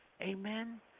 Amen